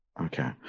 okay